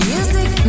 Music